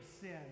sin